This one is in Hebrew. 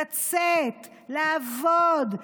לצאת לעבוד,